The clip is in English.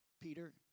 Peter